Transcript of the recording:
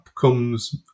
comes